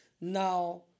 Now